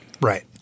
Right